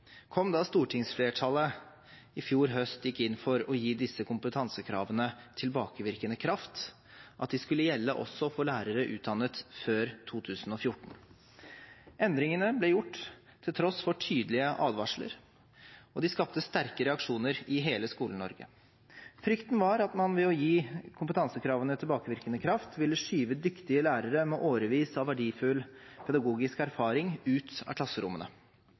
kom da stortingsflertallet i fjor høst gikk inn for å gi disse kompetansekravene tilbakevirkende kraft, at de skulle gjelde også for lærere utdannet før 2014. Endringene ble gjort til tross for tydelige advarsler, og de skapte sterke reaksjoner i hele Skole-Norge. Frykten var at man ved å gi kompetansekravene tilbakevirkende kraft ville skyve dyktige lærere med årevis av verdifull pedagogisk erfaring ut av klasserommene.